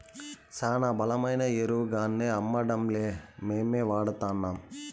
శానా బలమైన ఎరువుగాన్నా అమ్మడంలే మేమే వాడతాన్నం